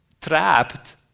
trapped